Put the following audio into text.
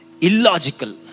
illogical